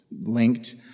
linked